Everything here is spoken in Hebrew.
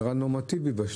נראה נורמטיבי.